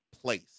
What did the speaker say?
place